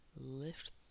lift